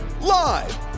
Live